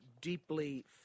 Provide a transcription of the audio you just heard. Deeply